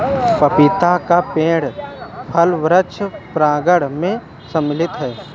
पपीते का पेड़ फल वृक्ष प्रांगण मैं सम्मिलित है